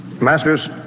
Masters